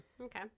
okay